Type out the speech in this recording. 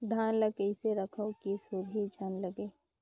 धान ल कइसे रखव कि सुरही झन लगे?